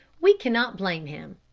we cannot blame him.